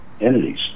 entities